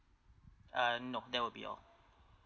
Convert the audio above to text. uh no that will be all